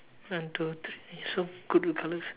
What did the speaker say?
one two three so good with colours